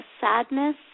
sadness